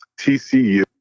tcu